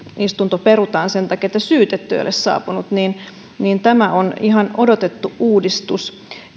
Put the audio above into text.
istunto perutaan sen takia että syytetty ei ole saapunut tämä on ihan odotettu uudistus